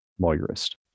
lawyerist